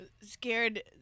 Scared